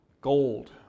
Gold